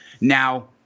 Now